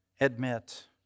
admit